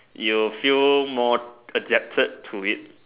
you feel more adapted to it